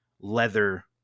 leather